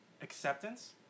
acceptance